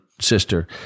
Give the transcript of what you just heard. sister